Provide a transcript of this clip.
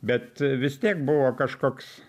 bet vis tiek buvo kažkoks